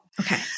Okay